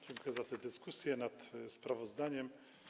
Dziękuję za tę dyskusję nad sprawozdaniem.